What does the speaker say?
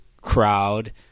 crowd